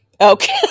Okay